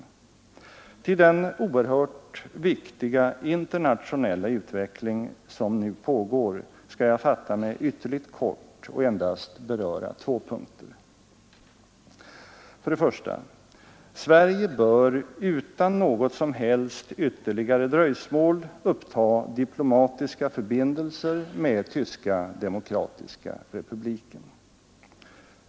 I fråga om den oerhört viktiga internationella utveckling som nu pågår skall jag fatta mig ytterligt kort och endast beröra två punkter. För det första: Sverige bör utan något som helst ytterligare dröjsmål uppta diplomatiska förbindelser med Tyska demokratiska republiken.